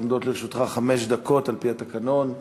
עומדות לרשותך חמש דקות על-פי התקנון.